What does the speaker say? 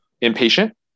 impatient